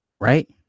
right